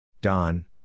Don